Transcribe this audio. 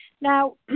Now